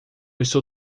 estou